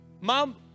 Mom